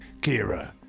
Kira